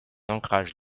ancrage